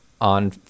on